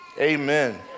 Amen